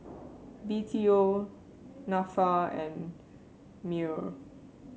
B T O NAFA and MEWR